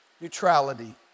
Neutrality